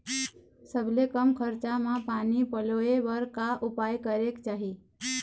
सबले कम खरचा मा पानी पलोए बर का उपाय करेक चाही?